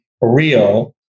real